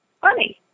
funny